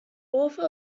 author